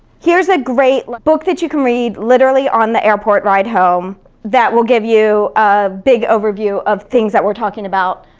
here's a great like book that you can read literally on the airport ride home that will give you a big overview of things that we're talking about.